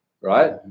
right